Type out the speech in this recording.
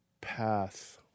path